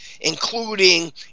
including